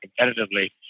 competitively